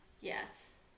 Yes